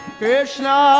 Krishna